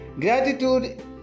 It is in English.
Gratitude